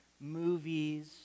movies